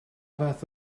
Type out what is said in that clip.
fath